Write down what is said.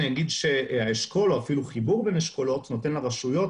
אגיד שהאשכול או אפילו חיבור בין אשכולות נותן לרשויות,